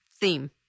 theme